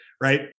right